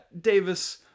Davis